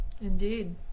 Indeed